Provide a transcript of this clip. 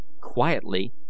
Quietly